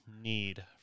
need